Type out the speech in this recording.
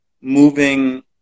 moving